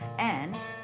and,